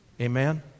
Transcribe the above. Amen